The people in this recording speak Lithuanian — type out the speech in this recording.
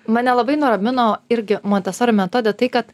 mane labai nuramino irgi montesori metode tai kad